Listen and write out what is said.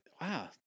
wow